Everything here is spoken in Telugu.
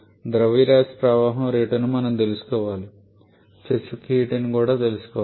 ద్రవ్యరాశి ప్రవాహం రేటును మనం తెలుసుకోవాలి స్పెసిఫిక్ హీట్ ని కూడా తెలుసుకోవాలి